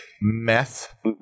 meth